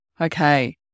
Okay